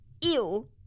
ew